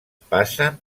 passen